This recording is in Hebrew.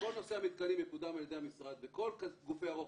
שכל נושא המתקנים יקודם על ידי המשרד וכל גופי הרוחב,